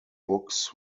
books